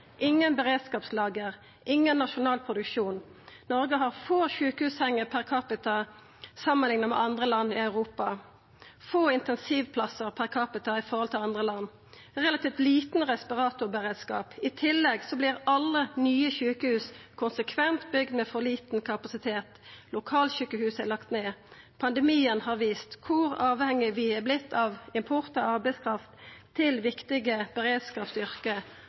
ingen beredskapslager, ingen nasjonal produksjon. Noreg har få sjukehussenger per capita samanlikna med andre land i Europa. Vi har få intensivplassar per capita i forhold til andre land. Vi har ein relativt liten respiratorberedskap. I tillegg vert alle nye sjukehus konsekvent bygde med for liten kapasitet. Lokalsjukehus er lagde ned. Pandemien har vist kor avhengige vi har vorte av import av arbeidskraft til viktige